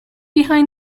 behind